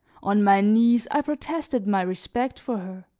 on my knees, i protested my respect for her